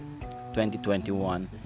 2021